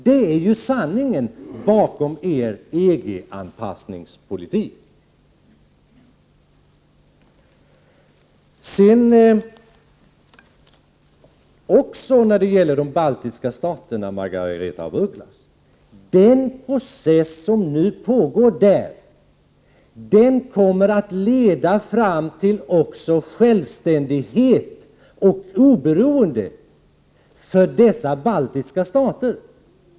Det är sanningen bakom er EG-anpassningspolitik. När det gäller de baltiska staterna, Margaretha af Ugglas, kommer den process som nu pågår att leda fram till självständighet och oberoende för dessa baltiska stater.